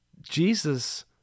Jesus